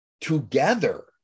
Together